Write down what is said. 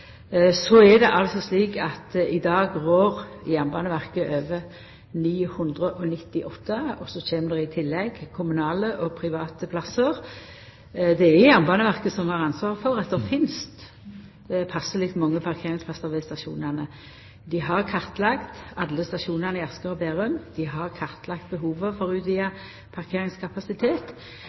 I dag rår Jernbaneverket over 998, og så kjem det i tillegg kommunale og private plassar. Det er Jernbaneverket som har ansvaret for at det finst passeleg mange parkeringsplassar ved stasjonane. Dei har kartlagt alle stasjonane i Asker og Bærum, og dei har kartlagt behovet for utvida parkeringskapasitet.